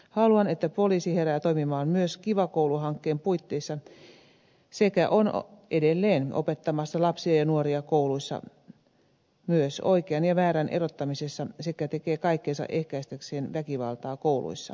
haluan että poliisi herää toimimaan myös kiva koulu hankkeen puitteissa sekä on edelleen opettamassa lapsia ja nuoria kouluissa myös oikean ja väärän erottamisessa sekä tekee kaikkensa ehkäistäkseen väkivaltaa kouluissa